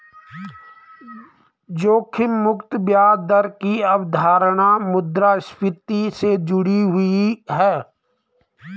जोखिम मुक्त ब्याज दर की अवधारणा मुद्रास्फति से जुड़ी हुई है